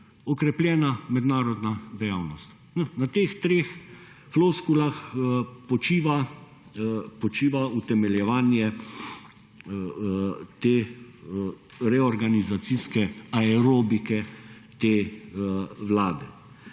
okrepljena mednarodna dejavnost. Na teh treh floskulah počiva utemeljevanje te reorganizacijske aerobike te Vlade.